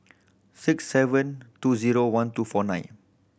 six seven two zero one two four nine